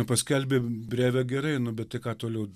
paskelbė brevę gerai nu bet tai ką toliau